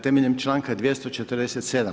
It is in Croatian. Temeljem članka 247.